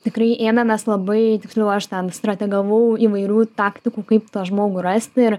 tikrai ėmėmės labai tiksliau aš ten strategavau įvairių taktikų kaip tą žmogų rasti ir